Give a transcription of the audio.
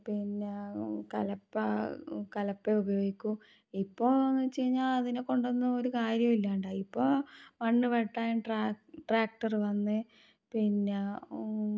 പിന്നെ കലപ്പ കലപ്പ ഉപയോഗിക്കും ഇപ്പോഴെന്നുവെച്ച് കഴിഞ്ഞാൽ അതിനെ കൊണ്ടൊന്നും കാര്യമില്ലാണ്ടായി ഇപ്പോൾ മണ്ണ് വെട്ടാൻ ട്രാക്ടർ ട്രാക്ടർ വന്നു പിന്നെ